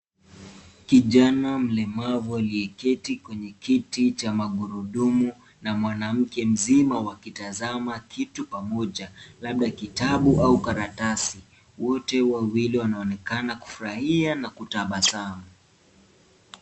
Kijana mlemavu aliyeketi kwenye kiti cha magurudumu na mwanamke mzima wakitazama kitu pamoja labda kitabu au karatasi ,wote wawili wanaonekana kufurahia na kutabasamu.